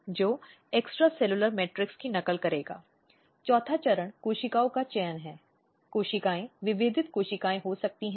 इसलिए यह अवधारणा ऐसी सभी हिंसाओं को समाहित करती है जो एक सदस्य द्वारा दूसरे के खिलाफ किया जाता है